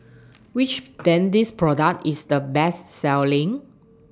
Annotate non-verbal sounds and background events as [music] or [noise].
[noise] Which [noise] Dentiste Product IS The Best Selling